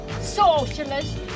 socialist